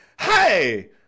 hey